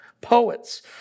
poets